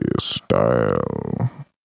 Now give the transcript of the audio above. style